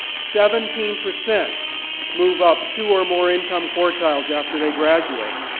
seventeen percent move up two or more income quartiles after they graduate,